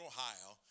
Ohio